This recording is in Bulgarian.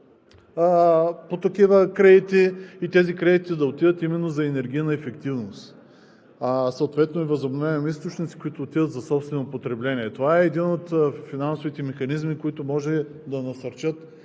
по такива кредити и тези кредити да отиват именно за енергийна ефективност, съответно възобновяеми източници, които отиват за собствено потребление. Това е един от финансовите механизми, които може да насърчат